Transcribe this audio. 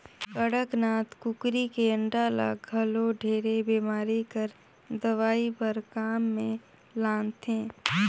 कड़कनाथ कुकरी के अंडा ल घलो ढेरे बेमारी कर दवई बर काम मे लानथे